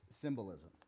symbolism